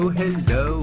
hello